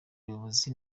buyobozi